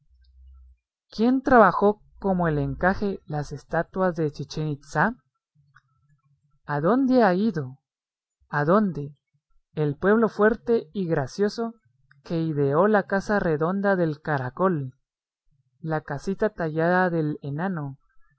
quién trabajó como el encaje las estatuas de chichén itzá adónde ha ido adónde el pueblo fuerte y gracioso que ideó la casa redonda del caracol la casita tallada del enano